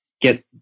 get